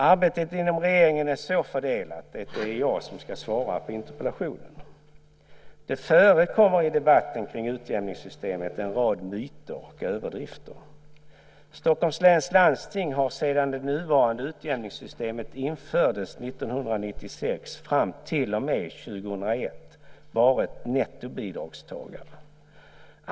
Arbetet inom regeringen är så fördelat att det är jag som ska svara på interpellationen. Det förekommer i debatten kring utjämningssystemet en rad myter och överdrifter. Stockholms läns landsting har sedan det nuvarande utjämningssystemet infördes 1996 och fram till och med 2001 varit nettobidragstagare.